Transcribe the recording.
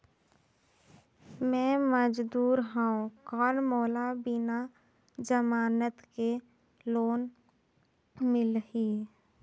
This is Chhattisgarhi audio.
मे मजदूर हवं कौन मोला बिना जमानत के लोन मिलही?